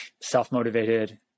self-motivated